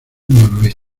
noroeste